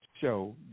show